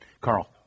Carl